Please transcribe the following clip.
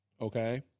Okay